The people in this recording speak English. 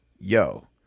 yo